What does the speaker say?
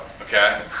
okay